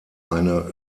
eine